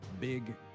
big